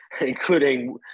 including